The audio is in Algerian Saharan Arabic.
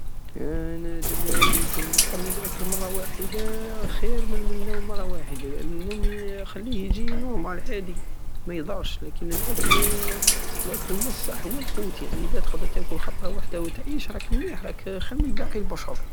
انا جابلي ربي نكون مضطر للاكل مرة واحدة خير من النوم مرة واحد لان النوم خليه يجي نورمال عادي ميضرش لكن الاكل هو الصح هو القوت يعني ادا تقدر تاكل خطرى وحدى وتعيش راك مليح راك خير من باقي البشر